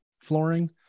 flooring